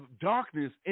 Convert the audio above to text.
darkness